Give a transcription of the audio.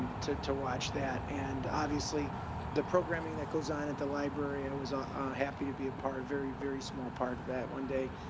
to, to watch that. and obviously the programming that goes on at the library. i was happy to be a part of very, very small part of that one day.